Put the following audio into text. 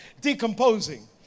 decomposing